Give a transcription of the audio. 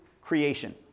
creation